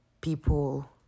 people